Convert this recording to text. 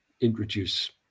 introduce